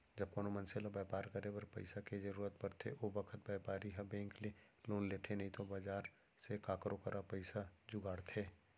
जब कोनों मनसे ल बैपार करे बर पइसा के जरूरत परथे ओ बखत बैपारी ह बेंक ले लोन लेथे नइतो बजार से काकरो करा पइसा जुगाड़थे